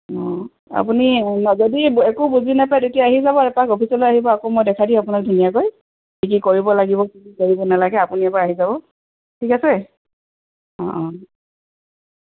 অঁ আপুনি যদি একো বুজি নাপায় তেতিয়া আহি যাব এপাক অফিচলৈ আহিব আকৌ মই দেখাই দিম আপোনাক ধুনীয়াকৈ কি কি কৰিব লাগিব কি কৰিব নালাগে আপুনি এবাৰ আহি যাব ঠিক আছে অঁ অঁ